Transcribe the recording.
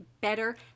better